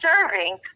serving